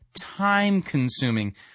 time-consuming